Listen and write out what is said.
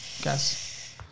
Guess